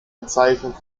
bezeichnung